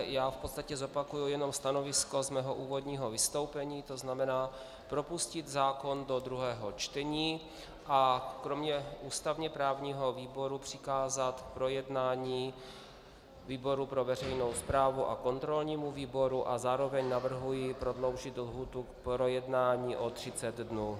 Já v podstatě zopakuji jenom stanovisko ze svého úvodního vystoupení, to znamená propustit zákon do druhého čtení a kromě ústavněprávního výboru přikázat k projednání výboru pro veřejnou správu a kontrolnímu výboru, a zároveň navrhuji prodloužit lhůtu k projednání o 30 dnů.